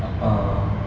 uh um